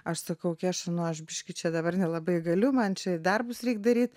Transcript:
aš sakau kieša aš biškį čia dabar nelabai galiu man čia darbus reik daryt